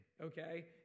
Okay